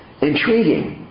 Intriguing